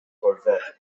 corvette